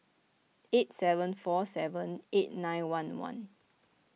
eight seven four seven eight nine one one